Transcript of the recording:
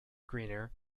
greener